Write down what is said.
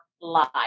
life